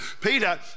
Peter